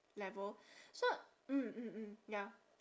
level so mm mm mm ya